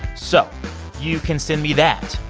so you can send me that,